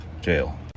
jail